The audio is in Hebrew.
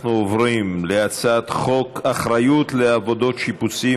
אנחנו עוברים להצעת חוק אחריות לעבודות שיפוצים,